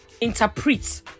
interpret